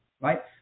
right